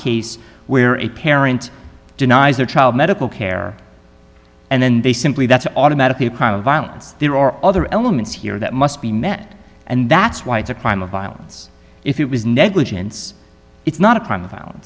case where a parent denies their child medical care and then they simply that's automatically a crime of violence there are other elements here that must be met and that's why it's a crime of violence if it was negligence it's not a crime